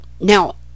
Now